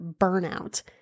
burnout